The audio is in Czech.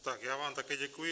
Tak, já vám také děkuji.